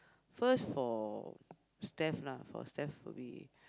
first for Steph lah for Steph would be